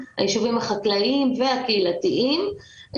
היישובים החקלאיים והקהילתיים,